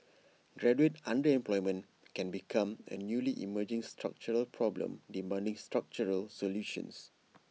graduate underemployment can become A newly emerging structural problem demanding structural solutions